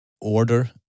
order